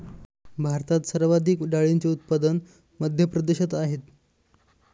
भारतात सर्वाधिक डाळींचे उत्पादन मध्य प्रदेशात आहेत